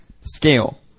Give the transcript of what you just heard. scale